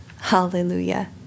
Hallelujah